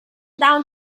down